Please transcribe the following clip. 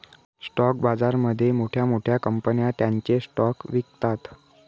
stock बाजारामध्ये मोठ्या मोठ्या कंपन्या त्यांचे स्टॉक्स विकतात